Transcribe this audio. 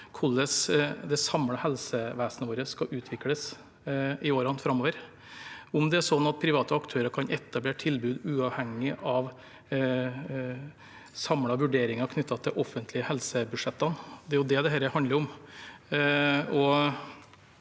hvordan det samlede helsevesenet vårt skal utvikles i årene framover, om det er sånn at private aktører kan etablere tilbud uavhengig av samlede vurderinger knyttet til de offentlige helsebudsjettene. Det er jo det dette handler om.